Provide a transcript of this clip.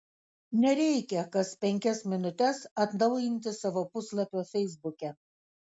nereikia kas penkias minutes atnaujinti savo puslapio feisbuke